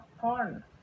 corn